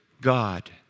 God